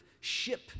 ship